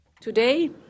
Today